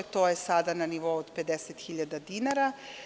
To je sada na nivou od 50.000 dinara.